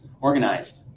organized